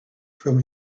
from